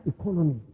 economy